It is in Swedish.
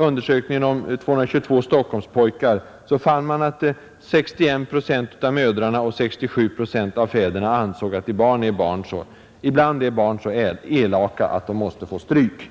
Undersökningen ”222 Stockholmspojkar” visade att 61 procent av mödrarna och 67 procent av fäderna ansåg att barnen ”ibland är så elaka att de måste få stryk”.